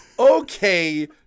Okay